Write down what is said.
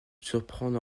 surprendre